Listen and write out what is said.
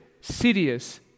serious